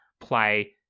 play